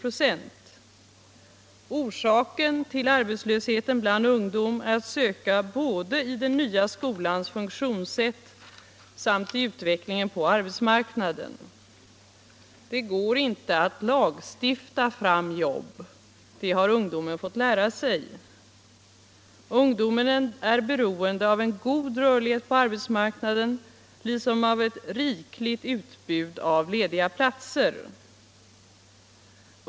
Orsaken till arbetslösheten bland ungdom är att söka både i den nya skolans funktionssätt och i utvecklingen på arbetsmarknaden. Det går inte att lagstifta fram jobb; det har ungdomen fått lära sig. Ungdomen är beroende av en god rörlighet på arbetsmarknaden liksom av ett rikligt utbud av lediga platser.